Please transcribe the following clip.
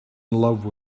love